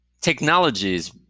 technologies